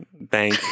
bank